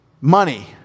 money